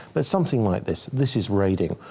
but something like this, this is raiding.